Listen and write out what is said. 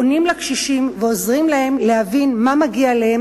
עונים לקשישים ועוזרים להם להבין מה מגיע להם